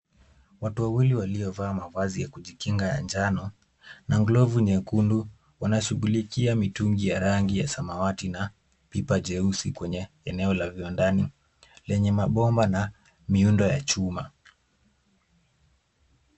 Watu wawili waliovaa mavazi ya kujikinga ya njano na glovu nyekundu, wanashughulikia mitungi ya rangi ya samawati na pipa jeusi kwenye eneo la viwandani, lenye mabomba na miundo ya chuma.